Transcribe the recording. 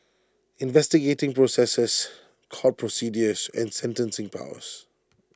investigating processes court procedures and sentencing powers